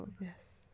yes